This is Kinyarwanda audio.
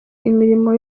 imirimo